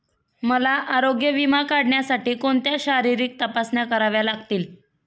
मला आरोग्य विमा काढण्यासाठी कोणत्या शारीरिक तपासण्या कराव्या लागतील?